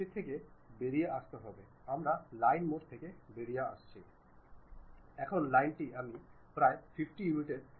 সুতরাং আমি 30 ডিগ্রি টেপার দিতে যাচ্ছি আমি সম্ভবত 20 ডিগ্রি টেপার দিতে চাই